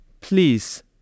Please